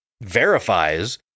verifies